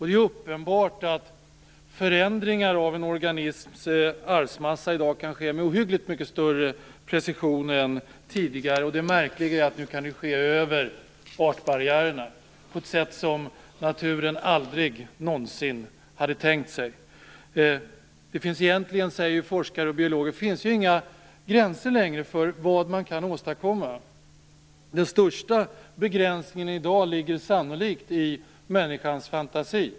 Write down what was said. Det är uppenbart att förändringar av en organisms arvsmassa i dag kan ske med ohyggligt mycket större precision än tidigare. Det märkliga är att det nu också kan ske över artbarriärer på ett sätt som naturen aldrig någonsin tänkt sig. Egentligen, säger forskare och biologer, finns det inga gränser längre för vad man kan åstadkomma. Den största begränsningen i dag ligger sannolikt i människans fantasi.